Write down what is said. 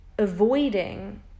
avoiding